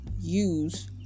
use